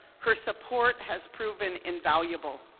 her support has proven invaluable.